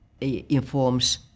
informs